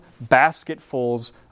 basketfuls